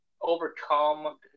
overcome